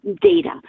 data